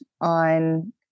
on